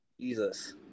Jesus